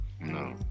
No